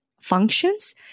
functions